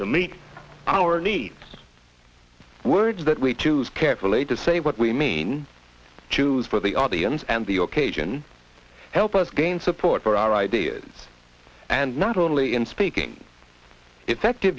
meet our needs words that we choose carefully to say what we mean choose for the audience and the or cajun help us gain support for our ideas and not only in speaking effective